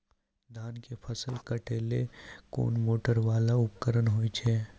धान के फसल काटैले कोन मोटरवाला उपकरण होय छै?